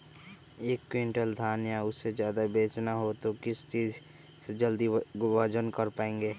एक क्विंटल धान या उससे ज्यादा बेचना हो तो किस चीज से जल्दी वजन कर पायेंगे?